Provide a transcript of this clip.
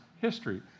history